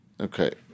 Okay